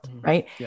right